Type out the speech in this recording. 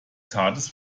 zartes